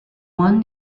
one